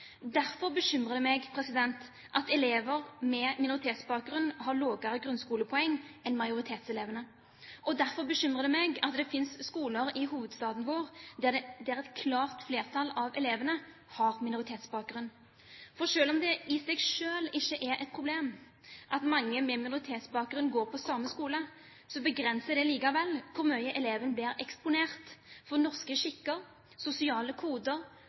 Derfor bekymrer det meg at elever med minoritetsbakgrunn har lavere grunnskolepoeng enn majoritetselevene. Og derfor bekymrer det meg at det finnes skoler i hovedstaden vår der et klart flertall av elevene har minoritetsbakgrunn. For selv om det i seg selv ikke er et problem at mange med minoritetsbakgrunn går på samme skole, begrenser det likevel hvor mye eleven blir eksponert for norske skikker, sosiale koder